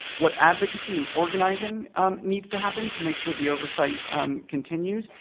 what advocacy and organizing um needs to happen to make sure the oversight continues,